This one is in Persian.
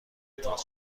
اتفاق